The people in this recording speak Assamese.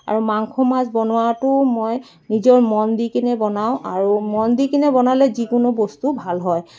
আৰু মাংস মাছ বনোৱাটো মই নিজৰ মন দি কিনে বনাওঁ আৰু মন দি কিনে বনালে যিকোনো বস্তু ভাল হয়